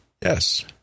yes